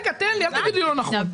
אל תגיד לי לא נכון.